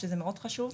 שזה מאוד חשוב.